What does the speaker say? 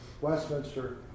Westminster